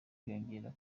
kwiyongera